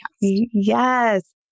Yes